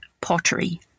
pottery